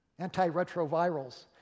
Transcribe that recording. Antiretrovirals